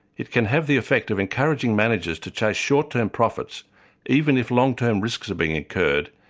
it can have the effect of encouraging managers to chase short-term profits even if long-term risks are being incurred,